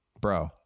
Bro